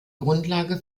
grundlage